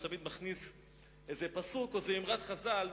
שתמיד מכניס איזה פסוק או איזו אמרת חז"ל,